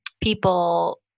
people